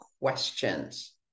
questions